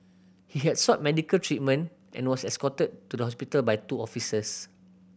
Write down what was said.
he had sought medical treatment and was escorted to the hospital by two officers